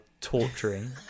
torturing